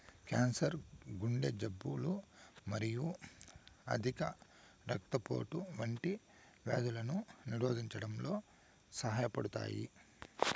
cancer, గుండె జబ్బులు మరియు అధిక రక్తపోటు వంటి వ్యాధులను నిరోధించడంలో సహాయపడతాయి